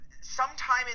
sometime